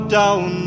down